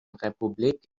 republik